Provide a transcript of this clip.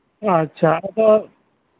ᱟᱪᱪᱷᱟ ᱟᱫᱚ